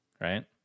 right